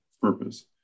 purpose